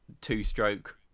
two-stroke